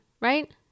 right